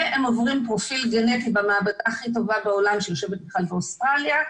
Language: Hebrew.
והם עוברים פרופיל גנטי במעבדה הכי טובה בעולם שיושבת בכלל באוסטרליה,